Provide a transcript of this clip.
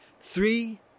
Three